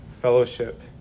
fellowship